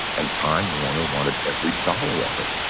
and time warner wanted every dollar of it,